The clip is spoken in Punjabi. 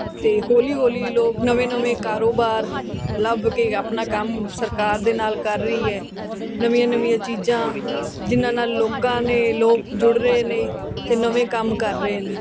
ਅਤੇ ਹੌਲੀ ਹੌਲੀ ਲੋਕ ਨਵੇਂ ਨਵੇਂ ਕਾਰੋਬਾਰ ਲੱਭ ਕੇ ਆਪਣਾ ਕੰਮ ਸਰਕਾਰ ਦੇ ਨਾਲ ਕਰ ਰਹੀ ਹੈ ਨਵੀਆਂ ਨਵੀਆਂ ਚੀਜ਼ਾਂ ਜਿਹਨਾਂ ਨਾਲ ਲੋਕਾਂ ਨੇ ਲੋਕ ਜੁੜ ਰਹੇ ਨੇ ਅਤੇ ਨਵੇਂ ਕੰਮ ਕਰ ਰਹੇ ਨੇ